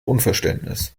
unverständnis